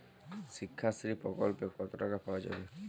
শিক্ষাশ্রী প্রকল্পে কতো টাকা পাওয়া যাবে?